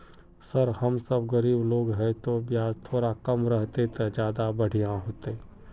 sir हम सब गरीब लोग है तो बियाज थोड़ा कम रहते तो ज्यदा बढ़िया होते